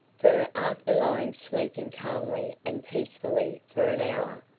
for, after lying sleeping calmly and peacefully for an hour,